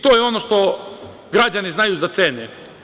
To je ono što građani znaju da cene.